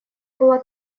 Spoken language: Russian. была